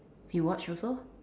you watch also